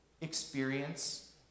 experience